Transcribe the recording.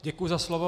Děkuji za slovo.